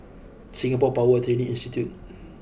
Singapore Power Training Institute